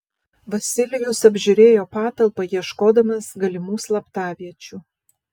vasilijus apžiūrėjo patalpą ieškodamas galimų slaptaviečių